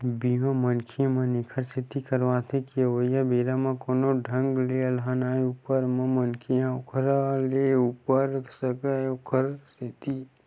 बीमा, मनखे मन ऐखर सेती करवाथे के अवइया बेरा म कोनो ढंग ले अलहन आय ऊपर म मनखे ह ओखर ले उबरे सकय ओखर सेती